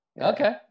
Okay